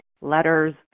letters